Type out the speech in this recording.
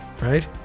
Right